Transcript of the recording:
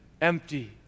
empty